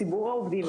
ציבור העובדים,